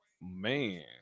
Man